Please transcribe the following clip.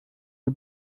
die